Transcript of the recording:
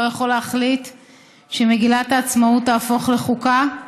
שמגילת העצמאות תהפוך לחוקה.